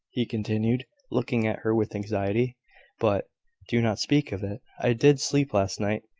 he continued, looking at her with anxiety but do not speak of it. i did sleep last night,